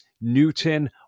Newton